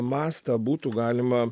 mastą būtų galima